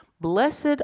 Blessed